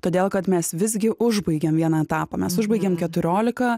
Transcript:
todėl kad mes visgi užbaigiam vieną etapą mes užbaigėm keturiolika